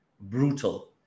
brutal